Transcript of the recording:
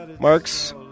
marks